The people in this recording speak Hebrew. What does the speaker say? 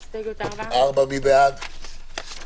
הסתייגות מס' 26. מי בעד ההסתייגות?